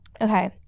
Okay